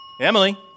Emily